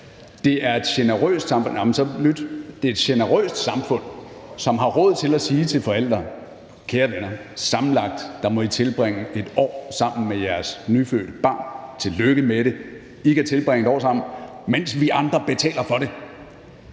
Det er et generøst samfund, som har råd til at sige til forældre: Kære venner, sammenlagt må I tilbringe et år sammen med jeres nyfødte barn; tillykke med det; I kan tilbringe et år sammen, mens vi andre betaler for det.